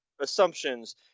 assumptions